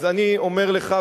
אז אני אומר לך,